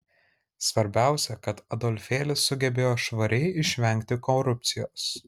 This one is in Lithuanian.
svarbiausia kad adolfėlis sugebėjo švariai išvengti korupcijos